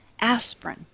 aspirin